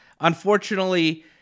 unfortunately